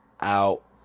Out